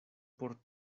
por